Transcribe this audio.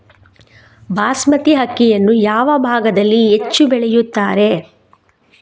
ಬಾಸ್ಮತಿ ಅಕ್ಕಿಯನ್ನು ಯಾವ ಭಾಗದಲ್ಲಿ ಹೆಚ್ಚು ಬೆಳೆಯುತ್ತಾರೆ?